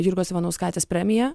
jurgos ivanauskaitės premiją